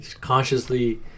consciously